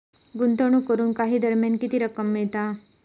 गुंतवणूक करून काही दरम्यान किती रक्कम मिळता?